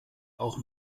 auch